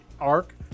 arc